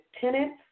tenants